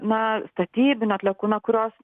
na statybinių atliekų na kurios